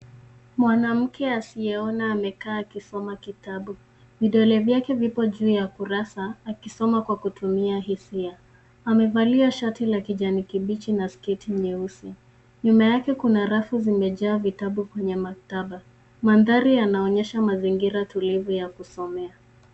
Mwanamke asiyeona amekaa akisoma kitabu. Vidole vyake vipo juu ya kurasa akisoma kutumia hisia. Amevalia shati la kijani kibichi na sketi nyeusi. Nyuma yake kuna rafu zimejaa vitabu kwenye maktaba. Mandhari yanaonyesha mazingira tulivu ya kusomea.